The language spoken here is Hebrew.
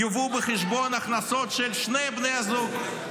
יובאו בחשבון הכנסות של שני בני הזוג.